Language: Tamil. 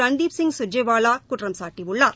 ரன்தீப் சிங் சூரஜ்வாவா குற்றம் சாட்டியுள்ளார்